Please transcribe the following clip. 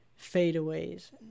fadeaways